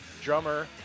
drummer